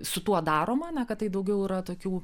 su tuo daroma na kad tai daugiau yra tokių